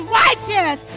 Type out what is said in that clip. righteous